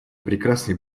прекрасный